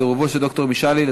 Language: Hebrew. הצעות לסדר-היום מס' 3419,